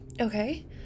Okay